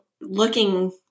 looking